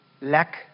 lack